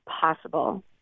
possible